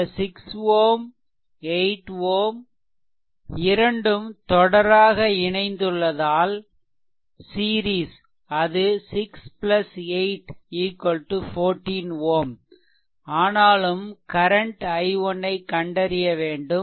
இந்த 6 Ω 8 Ω இரண்டும் தொடராக இணைந்துள்ளது அது 6 8 14 Ω ஆனாலும் கரன்ட் i1 ஐ கண்டறிய வேண்டும்